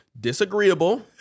Disagreeable